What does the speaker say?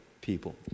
people